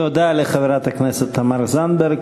תודה לחברת הכנסת תמר זנדברג.